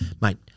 mate